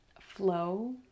flow